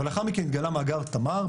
אבל לאחר מכן התגלה מאגר תמר,